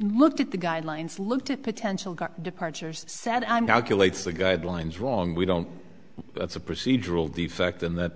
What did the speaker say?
looked at the guidelines looked at potential departures said i'm going to lace the guidelines wrong we don't that's a procedural defect in that